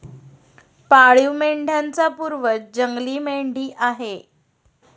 पाळीव मेंढ्यांचा पूर्वज जंगली मेंढी आहे